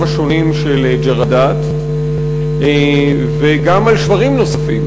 השונים של ג'רדאת וגם על שברים נוספים,